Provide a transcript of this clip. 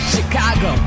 Chicago